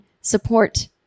Support